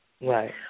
Right